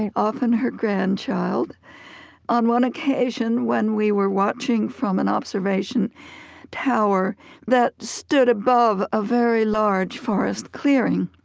and often her grandchild on one occasion when we were watching from an observation tower that stood above a very large forest clearing,